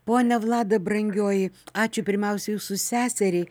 ponia vlada brangioji ačiū pirmiausia jūsų seseriai